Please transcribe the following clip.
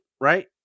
right